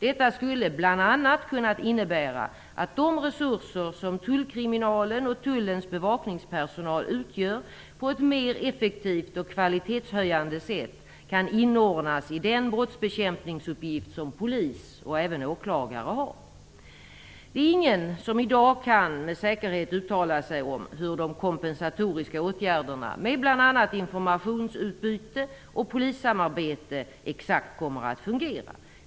Det skulle kunna innebära att de resurser som tullkriminalen och tullens bevakningspersonal utgör på ett mer effektivt och kvalitetshöjande sätt kan inordnas i den brottsbekämpningsuppgift som polis och även åklagare har. Det är ingen som i dag men säkerhet kan uttala sig om hur de kompensatoriska åtgärderna med bl.a. informationsutbyte och polissamarbete exakt kommer att fungera.